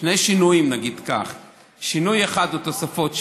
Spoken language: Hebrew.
שני שינויים, נגיד כך, או תוספות.